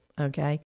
okay